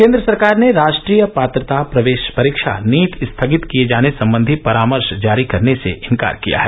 केंद्र सरकार ने राष्ट्रीय पात्रता प्रवेश परीक्षा नीट स्थगित किए जाने संबंधी परामर्श जारी करने से इंकार किया है